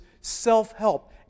self-help